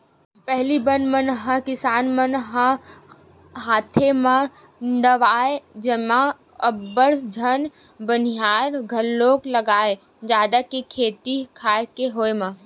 पहिली बन मन ल किसान मन ह हाथे म निंदवाए जेमा अब्बड़ झन बनिहार घलोक लागय जादा के खेत खार के होय म